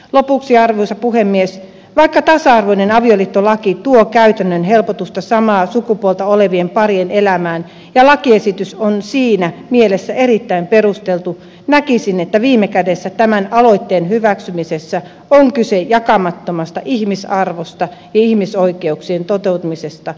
lopuksi arvoisa puhemies vaikka tasa arvoinen avioliittolaki tuo käytännön helpotusta samaa sukupuolta olevien parien elämään ja lakiesitys on siinä mielessä erittäin perusteltu näkisin että viime kädessä tämän aloitteen hyväksymisessä on kyse jakamattomasta ihmisarvosta ja ihmisoikeuksien toteutumisesta